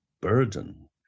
burden